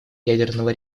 ядерного